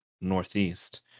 northeast